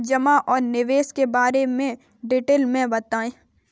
जमा और निवेश के बारे में डिटेल से बताएँ?